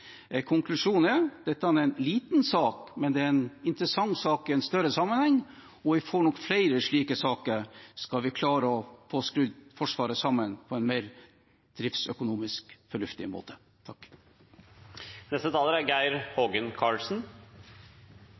er en liten sak, men det er en interessant sak i en større sammenheng, og vi får nok flere slike saker dersom vi skal klare å få skrudd Forsvaret sammen på en mer driftsøkonomisk fornuftig måte.